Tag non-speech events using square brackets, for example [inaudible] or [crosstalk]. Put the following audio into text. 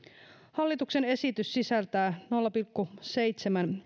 hallituksen esitys sisältää ehdotuksen nolla pilkku seitsemän [unintelligible]